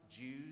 Jews